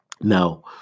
Now